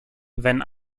wenn